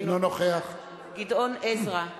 אינו נוכח גדעון עזרא,